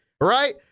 right